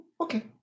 Okay